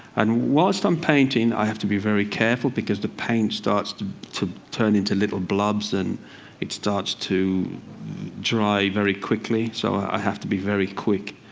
and whilst i'm painting i have to be very careful, because the paint starts to to turn into little blobs. and it starts to dry very quickly. so i have to be very quick.